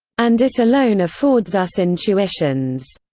and it alone affords us intuitions.